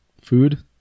Food